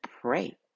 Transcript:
pray